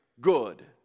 good